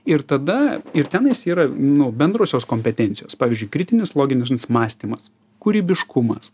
ir tada ir tenais yra nu bendrosios kompetencijos pavyzdžiui kritinis loginis mąstymas kūrybiškumas